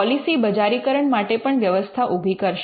policy બજારીકરણ માટે પણ વ્યવસ્થા ઊભી કરશે